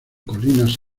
colinas